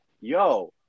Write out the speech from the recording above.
yo